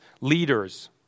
leaders